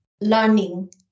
learning